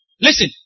Listen